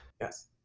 yes